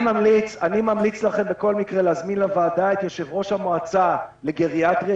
אני ממליץ לכם בכל מקרה להזמין לוועדה את יושב-ראש המועצה לגריאטריה,